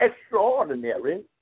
extraordinary